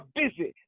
busy